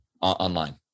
online